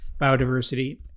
biodiversity